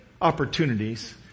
opportunities